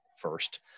first